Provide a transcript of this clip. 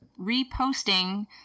reposting